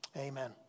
amen